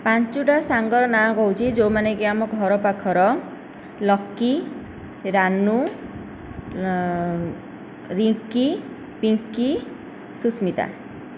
ପାଞ୍ଚଟା ସାଙ୍ଗର ନାଁ କହୁଛି ଯୋଉମାନେ କି ଆମ ଘର ପାଖର ଲକି ରାନୁ ରିଙ୍କି ପିଙ୍କି ସୁସ୍ମିତା